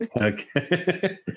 Okay